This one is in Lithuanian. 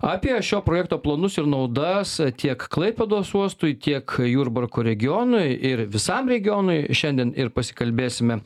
apie šio projekto planus ir naudas tiek klaipėdos uostui tiek jurbarko regionui ir visam regionui šiandien ir pasikalbėsime